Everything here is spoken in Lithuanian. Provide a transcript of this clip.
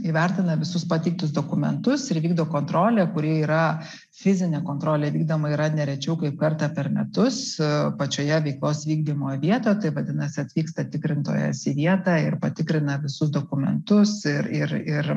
įvertina visus pateiktus dokumentus ir vykdo kontrolę kuri yra fizinė kontrolė vykdoma yra ne rečiau kaip kartą per metus pačioje veiklos vykdymo vietoj tai vadinasi atvyksta tikrintojas į vietą ir patikrina visus dokumentus ir ir ir